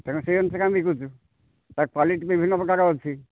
ତେଣୁ ସେହି ଅନୁସାରେ ଆମେ ବିକୁଛୁ ତାର କ୍ଵାଲିଟି ବିଭିନ୍ନ ପ୍ରକାର ଅଛି